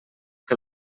que